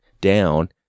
down